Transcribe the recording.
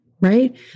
right